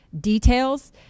details